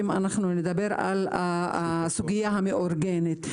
אם נדבר על הסוגיה המאורגנת.